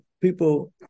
people